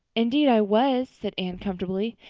indeed i was, said anne comfortably.